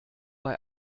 bei